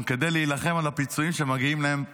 כדי להילחם על הפיצויים שמגיעים להם בדין.